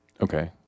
okay